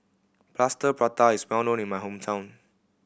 Plaster Prata is well known in my hometown